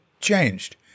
changed